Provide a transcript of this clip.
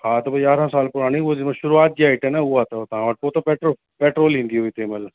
हा त पोइ यारहं साल पुराणी उहा जेमहिल शुरूआति जी आई टेन आहे उहा अथव तव्हां वटि पोइ त पेट्रो पेट्रोल ईंदी हुयूं तेमहिल